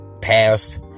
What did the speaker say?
past